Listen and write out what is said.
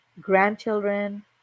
grandchildren